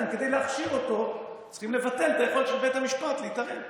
כדי להכשיר אותו אתם צריכים לבטל את היכולת של בית המשפט להתערב.